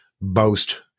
boast